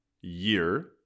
year